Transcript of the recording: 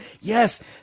yes